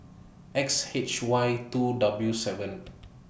X H Y two W seven